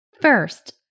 First